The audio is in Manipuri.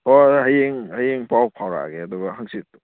ꯍꯣꯏ ꯍꯣꯏ ꯍꯌꯦꯡ ꯍꯌꯦꯡ ꯄꯥꯎ ꯐꯥꯎꯔꯛꯑꯒꯦ ꯑꯗꯨꯒ ꯍꯪꯆꯤꯠꯇꯣ